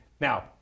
now